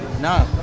No